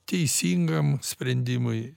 teisingam sprendimui